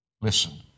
listen